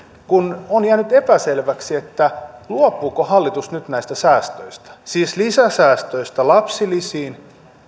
kun on jäänyt epäselväksi luopuuko hallitus nyt näistä säästöistä siis lisäsäästöistä lapsilisiin